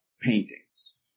paintings